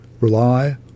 Rely